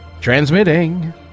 Transmitting